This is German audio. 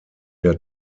der